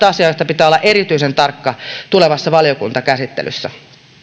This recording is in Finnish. asia josta pitää olla erityisen tarkka tulevassa valiokuntakäsittelyssä